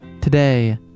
Today